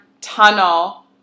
tunnel